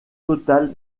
total